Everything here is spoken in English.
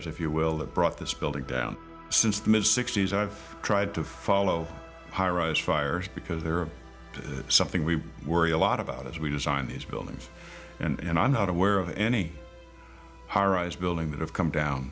fires if you will that brought this building down since the mid sixty's i've tried to follow highrise fires because there are something we worry a lot about as we design these buildings and i'm not aware of any high rise building that have come down